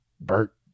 Bert